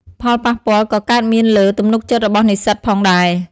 ផលប៉ះពាល់ក៏កើតមានលើ ទំនុកចិត្តរបស់និស្សិត ផងដែរ។